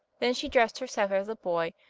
then she dressed herself as a boy,